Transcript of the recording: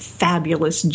fabulous